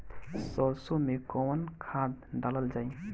सरसो मैं कवन खाद डालल जाई?